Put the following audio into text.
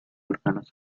órganos